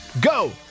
go